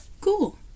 cool